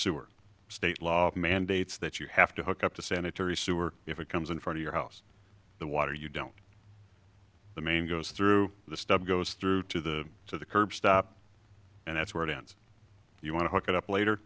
sewer state law mandates that you have to hook up to sanitary sewer if it comes in from your house the water you don't the main goes through the stub goes through to the to the curb stop and that's where it ends you want to hook it up later